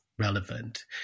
relevant